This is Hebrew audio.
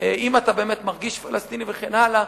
אם אתה באמת מרגיש פלסטיני וכן הלאה,